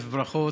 ברכות.